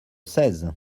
seize